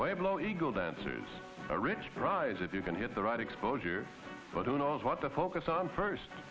top eagle dancers are rich prize if you can hit the right exposure but who knows what to focus on first